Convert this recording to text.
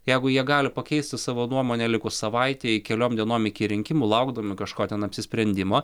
jeigu jie gali pakeisti savo nuomonę likus savaitei keliom dienom iki rinkimų laukdami kažko ten apsisprendimo